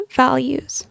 values